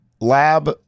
lab